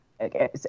Okay